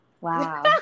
wow